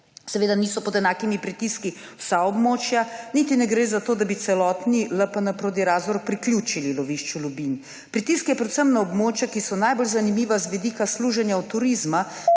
Seveda niso pod enakimi pritiski vsa območja, niti ne gre za to, da bi celotni LPN Prodi-Razor priključili lovišču Lubin. Pritisk je predvsem na območja, ki so najbolj zanimiva z vidika služenja od turizma